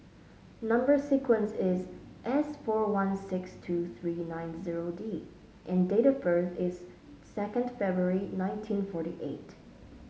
number sequence is S four one six two three nine zero D and date of birth is second February nineteen forty eight